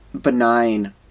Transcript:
benign